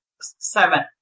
seven